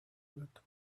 that